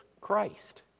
Christ